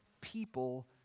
people